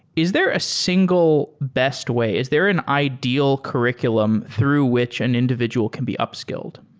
is there a single best way? is there an ideal curriculum through which an individual can be upscaled?